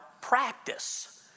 practice